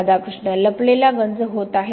राधाकृष्ण लपलेला गंज होत आहे